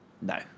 No